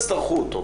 אם לא יצטרכו אותו,